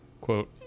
quote